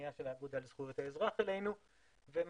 ופנייה של האגודה לזכויות האזרח אלינו ומעשית,